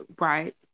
Right